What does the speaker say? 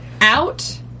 out